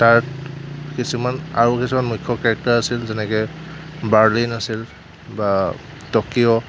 তাৰ কিছুমান আৰু কিছুমান মুখ্য কেৰেক্টাৰ আছিল যেনেকৈ বাৰ্লিন আছিল বা টকিঅ'